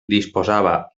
disposava